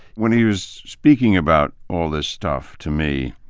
when he was speaking about all this stuff to me,